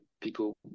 people